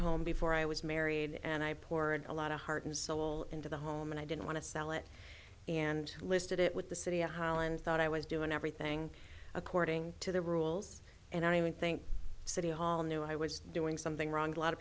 home before i was married and i poured a lot of heart and soul into the home and i didn't want to sell it and listed it with the city hall and thought i was doing everything according to the rules and i would think city hall knew i was doing something wrong a lot